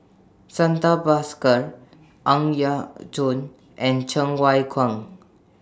Santha Bhaskar Ang Yau Choon and Cheng Wai Keung